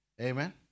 Amen